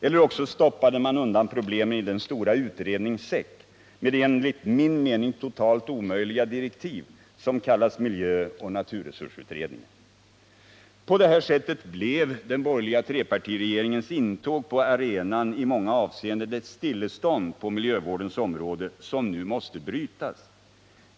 Eller också stoppade man undan problemen i den stora utredningssäck med enligt min mening totalt omöjliga direktiv som kallas miljöoch naturresursutredningen. På detta sätt innebar den borgerliga trepartiregeringens intåg på arenan i många avseenden ett stillestånd på miljövårdens område som nu måste brytas.